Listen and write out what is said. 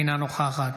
אינה נוכחת